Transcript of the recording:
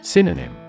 Synonym